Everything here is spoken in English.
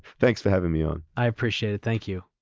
thanks for having me on. i appreciate it, thank you.